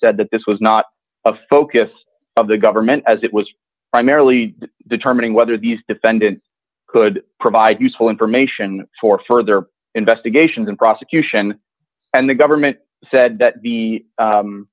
said that this was not a focus of the government as it was primarily determining whether these defendant could provide useful information for further investigations and prosecution and the government said that the